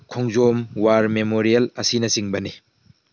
ꯈꯣꯡꯖꯣꯝ war memorial ꯑꯁꯤꯅꯆꯤꯡꯕꯅꯤ